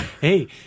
Hey